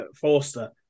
Forster